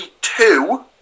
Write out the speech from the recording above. two